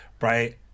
right